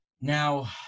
Now